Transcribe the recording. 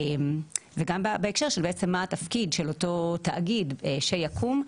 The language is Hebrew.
וגם בהקשר של מה התפקיד של אותו תאגיד שיקום,